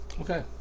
Okay